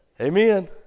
Amen